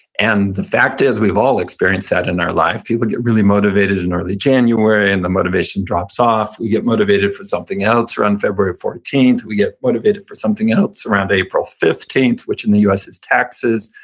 and the fact is we've all experienced that in our life. people get really motivated in early january, and the motivation drops off. we get motivated for something else around february fourteenth. we get motivated for something else around april fifteenth, which in the u s. is taxes.